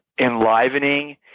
enlivening